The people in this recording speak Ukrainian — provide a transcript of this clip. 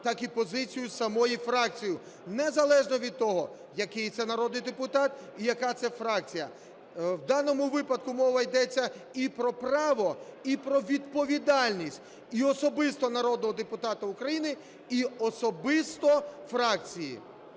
так і позицію самої фракції незалежно від того, який це народний депутат і яка це фракція. В даному випадку мова йдеться і про право, і про відповідальність і особисто народного депутата України, і особисто фракції.